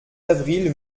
avril